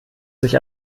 sich